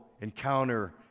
encounter